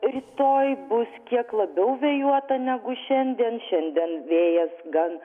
rytoj bus kiek labiau vėjuota negu šiandien šiandien vėjas gan